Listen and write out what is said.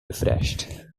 refreshed